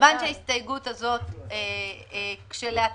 כיוון שההסתייגות הזו כשלעצמה,